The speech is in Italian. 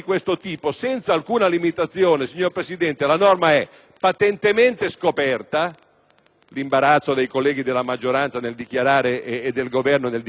l'imbarazzo dei colleghi della maggioranza e del Governo nel dichiarare che una norma del genere non comporta oneri per la finanza pubblica è evidente dal parere della